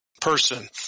person